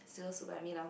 still sit by me now